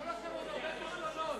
יהיו לכם עוד הרבה כישלונות.